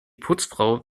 putzfrau